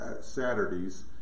Saturdays